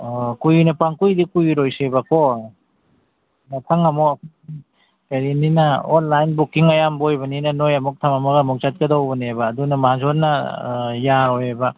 ꯀꯨꯏꯅ ꯄꯪꯀꯨꯏꯗꯤ ꯀꯨꯏꯔꯣꯏꯁꯦꯕꯀꯣ ꯃꯊꯪ ꯑꯃꯨꯛ ꯀꯔꯤ ꯃꯤꯅ ꯑꯣꯟꯂꯥꯏꯟ ꯕꯨꯛꯀꯤꯡ ꯑꯌꯥꯝꯕ ꯑꯣꯏꯕꯅꯤꯅ ꯅꯣꯏ ꯑꯃꯨꯛ ꯊꯝꯃꯝꯃꯒ ꯑꯃꯨꯛ ꯆꯠꯀꯗꯧꯕꯅꯦꯕ ꯑꯗꯨꯅ ꯃꯍꯥꯖꯣꯟꯅ ꯌꯥꯔꯣꯏꯕ